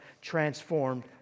transformed